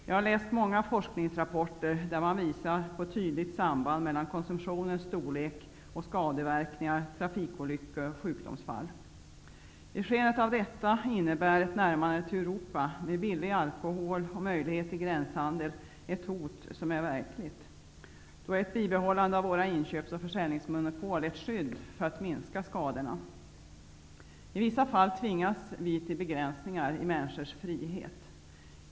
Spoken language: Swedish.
Jag har läst många forskningsrapporter, där man har visat på ett tydligt samband mellan konsumtionens storlek och skadeverkningar, trafikolyckor och sjukdomsfall. I skenet av detta innebär ett närmande till Europa med billig alkohol och möjlighet till gränshandel ett hot som är verkligt. Ett bibehållande av våra inköps och försäljningsmonopol är då ett skydd för att minska skadorna. I vissa fall tvingas vi att begränsa människors frihet.